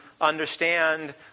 understand